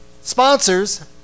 sponsors